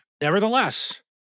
Nevertheless